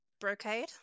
Brocade